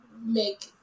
make